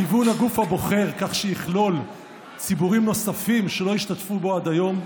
גיוון הגוף הבוחר כך שיכלול ציבורים נוספים שלא השתתפו בו עד היום,